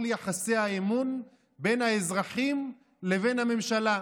יחסי האמון בין האזרחים לבין הממשלה,